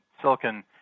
silicon